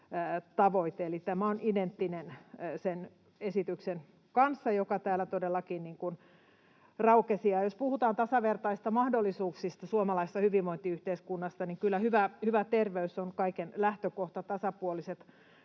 tämä on identtinen sen esityksen kanssa, joka täällä todellakin raukesi. Jos puhutaan tasavertaisista mahdollisuuksista suomalaisessa hyvinvointiyhteiskunnassa, niin kyllä hyvä terveys on kaiken lähtökohta. Tasapuoliset